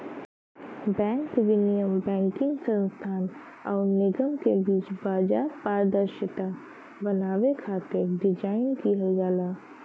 bank विनियम banking संस्थान आउर निगम के बीच बाजार पारदर्शिता बनावे खातिर डिज़ाइन किहल जाला